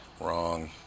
Wrong